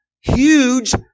Huge